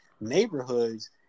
neighborhoods